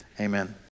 Amen